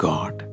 God